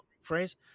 phrase